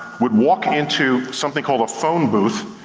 would walk into something called a phone booth,